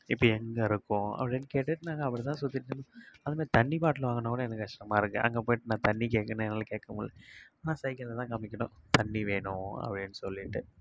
இப்போ எங்கே இருக்கோம் அப்படின்னு கேட்டுவிட்டு நாங்கள் அப்படி தான் சுத்திகிட்டு அதுமாரி தண்ணி பாட்டிலு வாங்கினா கூட எனக்கு கஷ்டமாக இருக்கு அங்கே போய்ட்டு நான் தண்ணி கேட்கணும் என்னால் கேட்க முடில நான் சைகையில் தான் காமிக்கணும் தண்ணி வேணும் அப்டின்னு சொல்லிவிட்டு